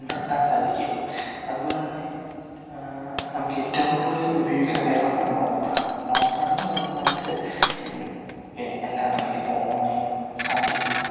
കണ്ടെത്താൻ സാധിക്കും അതുപോലെത്തന്നെ നമുക്ക് ഏറ്റവും കൂടുതൽ ഉപയോഗിക്കുന്ന വേറൊന്നാണ് നോട്ട്പാഡ് നോട്ട്പാഡ് എന്ന് പറയുമ്പോൾ നമുക്ക് അല്ല ആണെങ്കിലും ഇപ്പം ഓൺലൈൻ അ